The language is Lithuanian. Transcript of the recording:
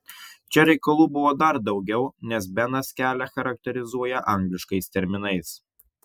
čia reikalų buvo dar daugiau nes benas kelią charakterizuoja angliškais terminais